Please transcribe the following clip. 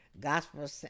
Gospel